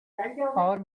our